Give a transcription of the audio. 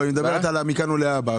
היא מדברת על מכאן ולהבא.